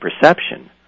perception